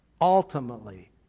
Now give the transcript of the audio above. ultimately